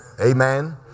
Amen